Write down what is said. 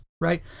right